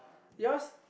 yours